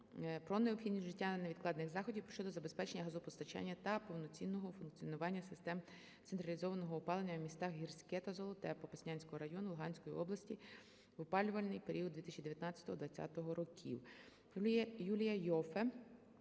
про необхідність вжиття невідкладних заходів щодо забезпечення газопостачання та повноцінного функціонування систем централізованого опалення в містах Гірське та Золоте Попасянського району Луганської області в опалювальний період 2019/2020 років.